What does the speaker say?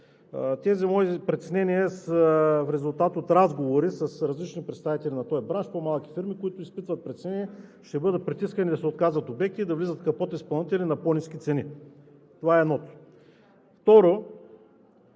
Тези мои притеснения са в резултат от разговори с различни представители на този бранш. По-малки фирми, които изпитват притеснение, ще бъдат притискани да се отказват обекти, да влизат подизпълнители на по-ниски цени – това е едното.